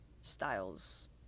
styles